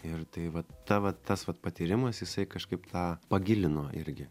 ir tai vat ta va tas vat patyrimas jisai kažkaip tą pagilino irgi